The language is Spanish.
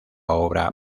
obra